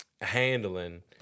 handling